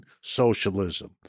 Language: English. socialism